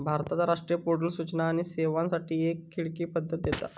भारताचा राष्ट्रीय पोर्टल सूचना आणि सेवांसाठी एक खिडकी पद्धत देता